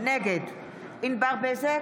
נגד ענבר בזק,